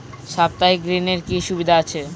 সাপ্তাহিক ঋণের কি সুবিধা আছে?